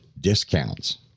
discounts